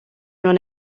non